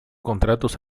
contratos